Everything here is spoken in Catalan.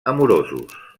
amorosos